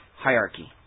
hierarchy